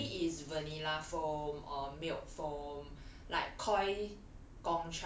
you know usually is vanilla foam or milk foam like Koi